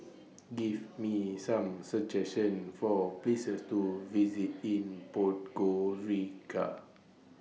Give Me Some suggestions For Places to visit in Podgorica